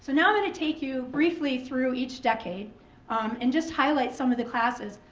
now i'm gonna take you briefly through each decade um and just highlight some of the classes.